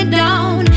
down